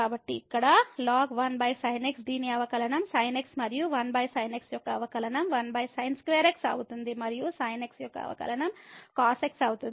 కాబట్టి ఇక్కడ ln దీని అవకలనం sin x మరియు1sin x యొక్క అవకలనం −1sin 2 x అవుతుంది మరియు sin x యొక్క అవకలనం cos x అవుతుంది